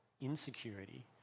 insecurity